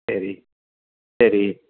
சரி சரி